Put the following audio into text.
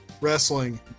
wrestling